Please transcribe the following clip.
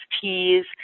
teas